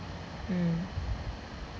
mm